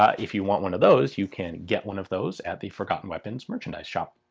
if you want one of those you can get one of those at the forgotten weapons merchandise shop.